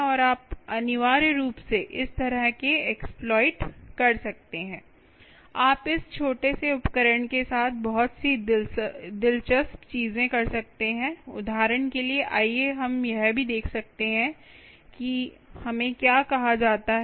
और आप अनिवार्य रूप से इस तरह के एक्सप्लॉइट कर सकते हैं आप इस छोटे से उपकरण के साथ बहुत सी दिलचस्प चीजें कर सकते हैं उदाहरण के लिए आइए हम यह भी देख सकते हैं कि हमें क्या कहा जाता है